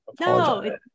no